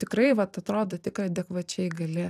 tikrai vat atrodo tik adekvačiai gali